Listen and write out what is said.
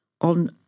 on